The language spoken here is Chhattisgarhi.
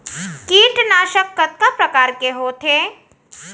कीटनाशक कतका प्रकार के होथे?